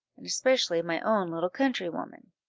and especially my own little countrywoman.